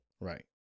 right